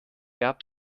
gab